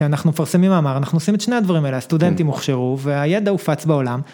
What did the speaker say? אנחנו מפרסמים מאמר, אנחנו עושים את שני הדברים האלה, הסטודנטים הוכשרו והידע הופץ בעולם.